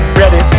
ready